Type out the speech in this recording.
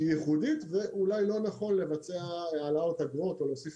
שהיא ייחודית ואולי לא נכון לבצע העלאות אגרות או להוסיף